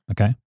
Okay